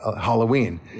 Halloween